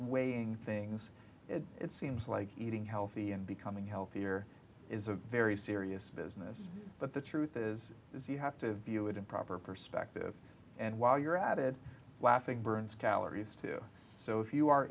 weighing things it seems like eating healthy and becoming healthier is a very serious business but the truth is is you have to view it in proper perspective and while you're at it laughing burns calories too so if you are